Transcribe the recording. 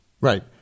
Right